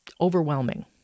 overwhelming